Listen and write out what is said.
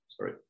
Sorry